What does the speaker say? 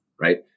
right